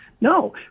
No